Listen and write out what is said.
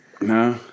no